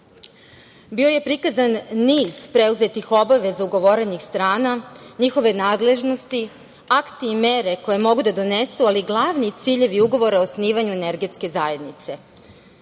Bio je prikazan niz preuzetih obaveza ugovorenih strana, njihove nadležnosti, akti i mere koje mogu da donesu, ali i glavni ciljevi ugovora o osnivanju Energetske zajednice. Ono